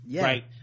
Right